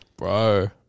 Bro